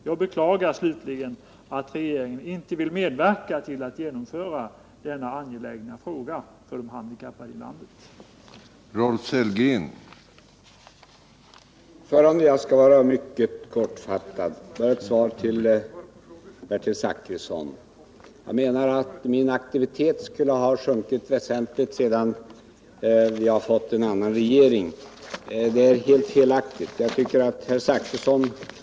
Jag beklagar att regeringen inte vill medverka till att tillgodose de handikappades önskemål i denna för dem så viktiga fråga i vårt land.